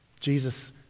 Jesus